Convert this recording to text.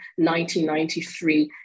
1993